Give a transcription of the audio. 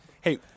Hey